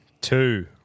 two